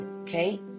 Okay